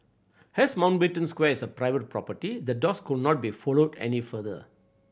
as Mountbatten Square is a private property the dogs could not be followed any further